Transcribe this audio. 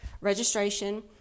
registration